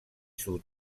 sud